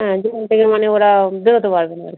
হ্যাঁ সেখান থেকে মানে ওরা বেরোতে পারবে না আর কী